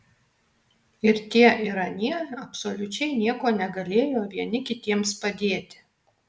ir tie ir anie absoliučiai nieko negalėjo vieni kitiems padėti